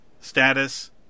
Status